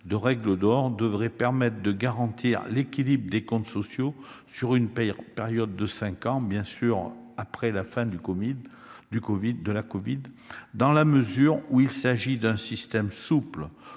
la règle d'or devrait permettre de garantir l'équilibre des comptes sociaux sur une période de cinq ans, une fois la crise de la covid passée. Dans la mesure où il s'agit d'un système souple,